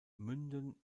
münden